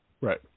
Right